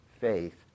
Faith